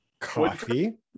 Coffee